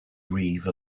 reeve